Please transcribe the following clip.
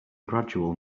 gradual